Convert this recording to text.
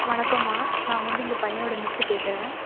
வணக்கம்மா நான் வந்து உங்கள் பையனோட மிஸ்ஸு பேசுகிறேன்